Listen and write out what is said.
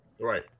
Right